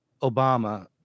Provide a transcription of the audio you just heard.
Obama